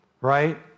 right